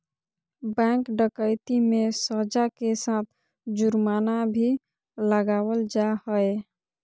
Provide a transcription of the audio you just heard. bank डकैती मे सज़ा के साथ जुर्माना भी लगावल जा हय